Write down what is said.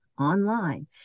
online